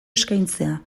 eskaintzea